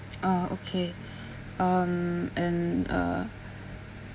uh okay um and uh